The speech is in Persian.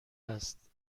است